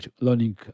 learning